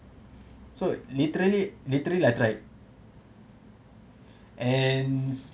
so literally literally I tried and